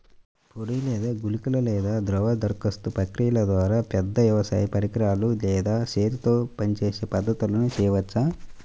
పొడి లేదా గుళికల లేదా ద్రవ దరఖాస్తు ప్రక్రియల ద్వారా, పెద్ద వ్యవసాయ పరికరాలు లేదా చేతితో పనిచేసే పద్ధతులను చేయవచ్చా?